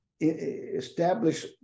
establish